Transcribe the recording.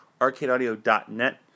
arcadeaudio.net